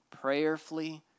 prayerfully